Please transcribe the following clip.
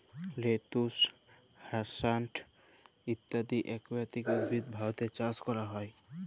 lettuce, হ্যাসান্থ ইত্যদি aquatic উদ্ভিদ ভারতে চাস ক্যরা হ্যয়ে